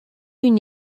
une